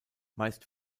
meist